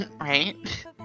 Right